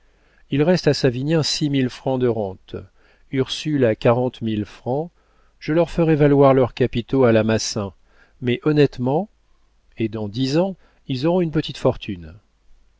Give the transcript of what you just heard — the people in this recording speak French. il reste à savinien six mille francs de rente ursule a quarante mille francs je leur ferai valoir leurs capitaux à la massin mais honnêtement et dans dix ans ils auront une petite fortune